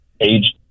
age